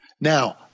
Now